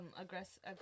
Aggressive